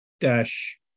dash